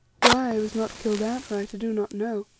why i was not killed outright i do not know,